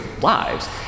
lives